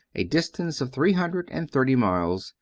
a distance of three hundred and thirty miles,